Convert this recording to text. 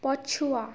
ପଛୁଆ